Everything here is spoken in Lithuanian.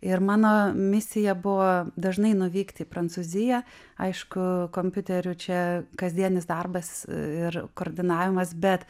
ir mano misija buvo dažnai nuvykti į prancūziją aišku kompiuteriu čia kasdienis darbas ir koordinavimas bet